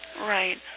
Right